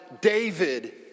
David